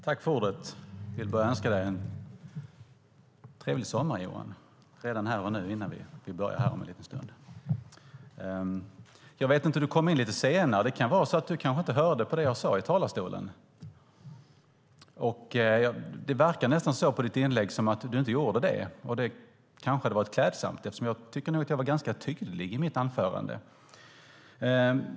Fru talman! Jag vill börja med att önska dig en trevlig sommar här och nu, Johan Linander, innan vi börjar om en liten stund. Du kom in lite senare, och kanske hörde du inte vad jag sade i talarstolen. Av ditt inlägg att döma verkar det som att du inte gjorde det. Det kanske hade varit klädsamt eftersom jag tycker att jag var ganska tydlig i mitt anförande.